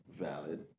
Valid